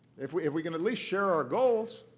if we if we can at least share our goals,